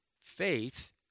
faith